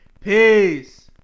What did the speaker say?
Peace